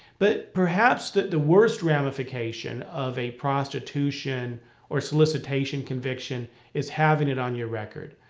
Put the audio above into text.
but perhaps, the worst ramification of a prostitution or solicitation conviction is having it on your record.